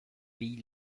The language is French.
pays